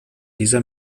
dieser